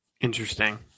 Interesting